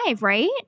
right